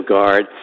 Guard